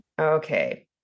Okay